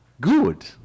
good